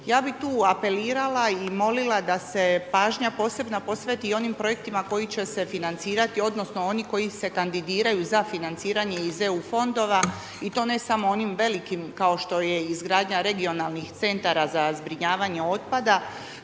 Ja bih tu apelirala i molila da se pažnja posebna posveti i onim projektima koji će se financirati, odnosno oni koji se kandidiraju za financiranje iz EU fondova i to ne samo onim velikim kao što je i izgradnja regionalnih centara za zbrinjavanje otpada,